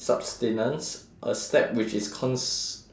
subsistence a step which is cons~